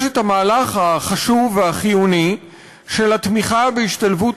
יש המהלך החשוב והחיוני של התמיכה בהשתלבות